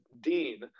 dean